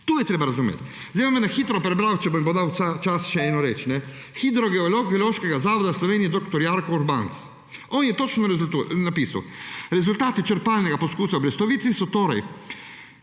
To je treba razumeti. Na hitro vam bom prebral, če mi bo dal čas, še eno reč. Hidrogeolog Geološkega zavoda v Sloveniji dr. Janko Urbanc, je točno napisal: »Rezultati črpalnega poskusa v Brestovici so torej